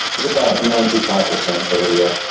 it's about ninety five per cent every year.